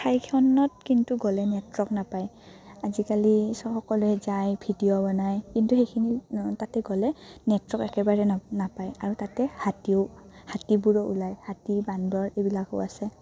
ঠাইখনত কিন্তু গ'লে নেটৱৰ্ক নাপায় আজিকালি সকলোৱে যায় ভিডিঅ' বনায় কিন্তু সেইখিনি তাতে গ'লে নেটৱৰ্ক একেবাৰে ন নাপায় আৰু তাতে হাতীও হাতীবোৰো ওলায় হাতী বান্দৰ এইবিলাকো আছে